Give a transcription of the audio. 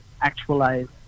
actualize